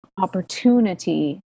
opportunity